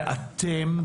ואתם,